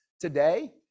today